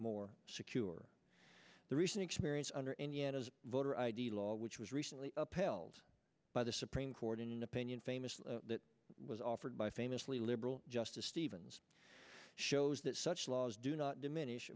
more secure the recent experience under indiana's voter id law which was recently upheld by the supreme court in an opinion famously that was offered by famously liberal justice stevens shows that such laws do not diminish